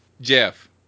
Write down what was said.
Jeff